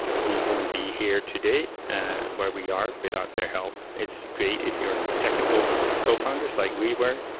we wouldn't be here today where we are without their help. it's great if you're technical cofounders, like we were.